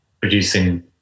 producing